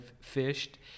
fished